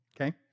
okay